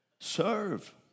Serve